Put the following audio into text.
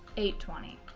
eight twenty,